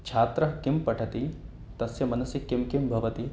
छात्रः किं पठति तस्य मनसि किं किं भवति